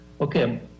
Okay